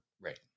Right